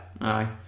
Aye